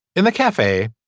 in the cafe.